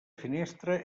finestra